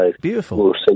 Beautiful